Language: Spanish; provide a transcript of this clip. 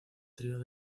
trío